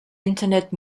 internet